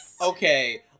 okay